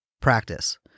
practice